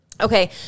Okay